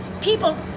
people